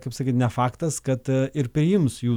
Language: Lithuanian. kaip sakyt ne faktas kad ir priims jų